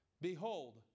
Behold